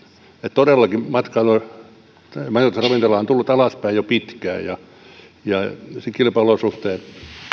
todellakin majoitus ja ravintola ala on tullut alaspäin jo pitkään ja sen kilpailuolosuhteet